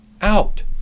out